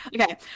Okay